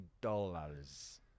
dollars